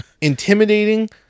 Intimidating